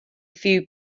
few